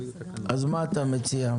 אז מה אתה מציע?